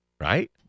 Right